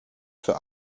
für